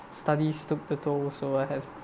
study so I have